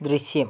ദൃശ്യം